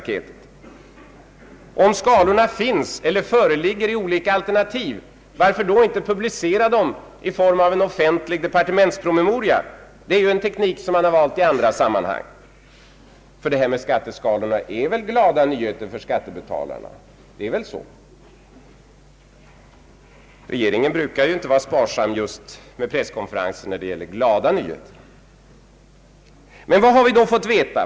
Och om skalorna finns eller föreligger i olika alternativ, varför då inte publicera dem i en offentlig departementspromemoria? Det är ju en teknik som man har valt i andra sammanhang. För det här med skatteskalorna är väl glada nyheter för skattebetalarna, eller hur? Regeringen brukar ju inte vara sparsam med presskonferenser när det gäller glada nyheter. Men vad har vi då fått veta?